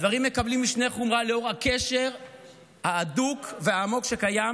הדברים מקבלים משנה חומרה לאור הקשר ההדוק והעמוק שקיים